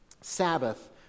Sabbath